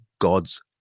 God's